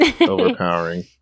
overpowering